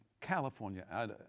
California